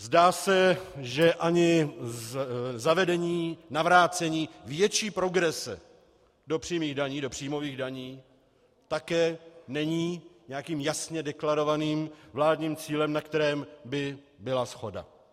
Zdá se, že ani zavedení navrácení větší progrese do přímých daní, do příjmových daní také není nějakým jasně deklarovaným vládním cílem, na kterém by byla shoda.